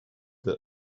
the